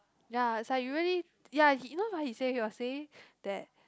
ya it's like you really ya you know what he say he was saying that